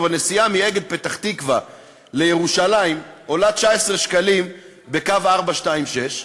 אבל נסיעה מ"אגד" פתח-תקווה לירושלים עולה 19 שקלים בקו 426,